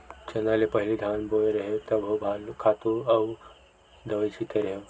चना ले पहिली धान बोय रेहेव तभो खातू अउ दवई छिते रेहेव